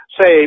say